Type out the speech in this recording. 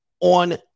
on